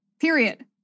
period